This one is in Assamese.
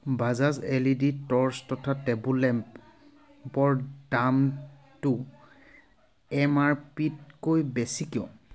Bajaj L E D torch তথা টেবুল লেম্পৰ দামটো এম আৰ পিতকৈ বেছি কিয়